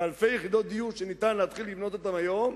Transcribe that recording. ואלפי יחידות דיור שאפשר להתחיל לבנות אותן היום,